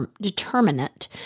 determinant